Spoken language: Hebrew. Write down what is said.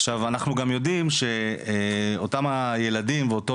עכשיו אנחנו גם יודעים שאותם הילדים ואותו